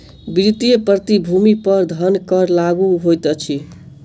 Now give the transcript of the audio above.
वित्तीय प्रतिभूति पर धन कर लागू होइत अछि